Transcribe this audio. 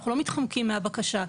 אנחנו לא מתחמקים מהבקשה.